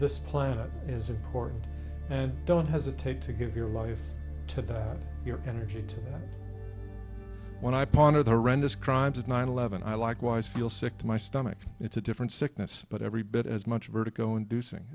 this planet is important and don't hesitate to give your life to your energy when i ponder the renders crimes of nine eleven i likewise feel sick to my stomach it's a different sickness but every bit as much vertigo